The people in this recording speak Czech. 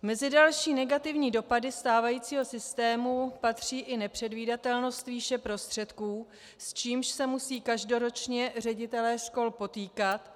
Mezi další negativní dopady stávajícího systému patří i nepředvídatelnost výše prostředků, s čímž se musí každoročně ředitelé škol potýkat.